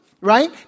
Right